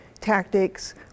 tactics